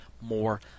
more